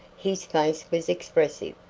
his face was expressive.